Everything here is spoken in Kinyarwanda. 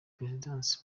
perezidansi